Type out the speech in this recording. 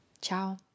Ciao